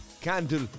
Candle